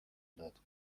داد